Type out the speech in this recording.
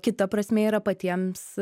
kita prasmė yra patiems